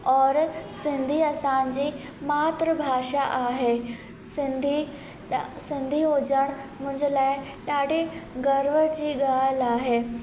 और सिंधी असांजी भाषा आहे मातृभाषा आहे सिंधी सिंधी हुजणु मुंहिंजे लाइ ॾाढी गर्व जी ॻाल्हि आहे